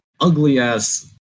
ugly-ass